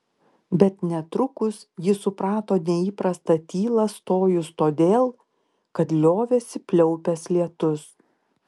bet netrukus ji suprato neįprastą tylą stojus todėl kad liovėsi pliaupęs lietus